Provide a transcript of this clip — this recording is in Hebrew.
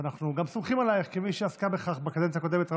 אני קובע כי הודעת הממשלה התקבלה על ידי הכנסת,